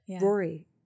rory